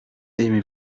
aimez